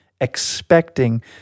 expecting